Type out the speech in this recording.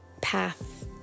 path